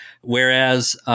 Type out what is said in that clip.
Whereas –